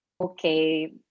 Okay